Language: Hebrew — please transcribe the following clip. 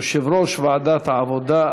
יושב-ראש ועדת העבודה,